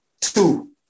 Two